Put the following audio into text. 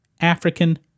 African